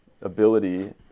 ability